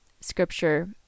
scripture